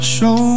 Show